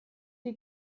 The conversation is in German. die